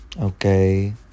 Okay